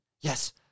yes